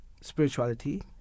spirituality